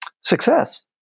success